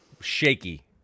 shaky